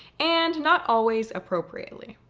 and not always appropriately.